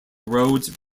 roads